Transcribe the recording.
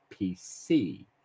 PC